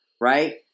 right